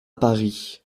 paris